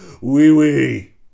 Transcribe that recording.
Wee-wee